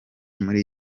muri